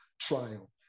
trial